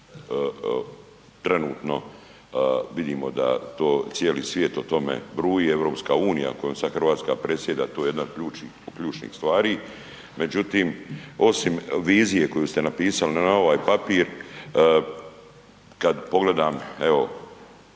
trenutno vidimo da to, cijeli svijet o tome bruju i EU kojom sad Hrvatska predsjeda to je jedna od ključnih stvari, međutim osim vizije koju ste napisali na ovaj papir kad pogledam evo,